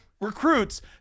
recruits